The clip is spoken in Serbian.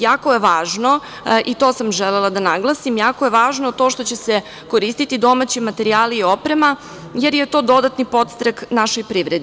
Jako je važno, i to sam želela da naglasim, jako je važno to što će se koristiti domaći materijali i oprema, jer je to dodatni podstrek našoj privredi.